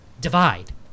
Divide